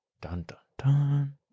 Dun-dun-dun